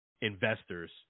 investors